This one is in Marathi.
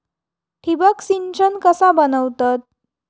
ठिबक सिंचन कसा बनवतत?